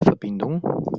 verbindung